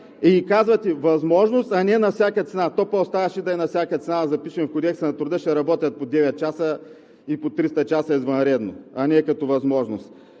И казвате: възможност, а не на всяка цена. То пък оставаше да е и на всяка цена и да пишем в Кодекса на труда, че ще работят по 9 часа и по 300 часа извънредно, а не като възможност.